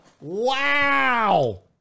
Wow